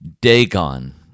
Dagon